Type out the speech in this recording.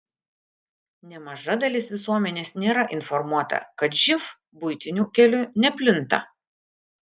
nemaža dalis visuomenės nėra informuota kad živ buitiniu keliu neplinta